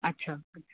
अच्छा अच्छा